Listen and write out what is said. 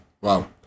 Wow